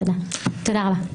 תודה רבה.